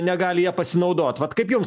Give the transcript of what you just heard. negali ja pasinaudot vat kaip jums